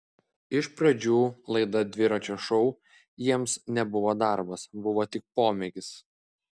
iš pradžių laida dviračio šou jiems nebuvo darbas buvo tik pomėgis